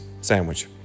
sandwich